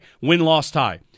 Win-loss-tie